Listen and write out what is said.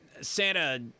Santa